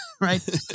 Right